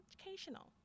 educational